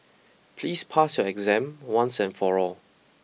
please pass your exam once and for all